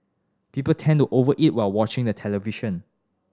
people tend to over eat while watching the television